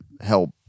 help